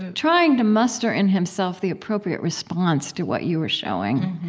trying to muster in himself the appropriate response to what you were showing,